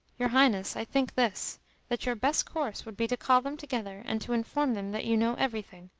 your highness, i think this that your best course would be to call them together, and to inform them that you know everything,